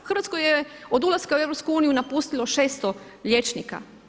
Hrvatsku je od ulaska u EU napustilo 600 liječnika.